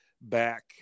back